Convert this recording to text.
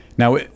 Now